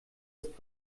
ist